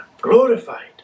Glorified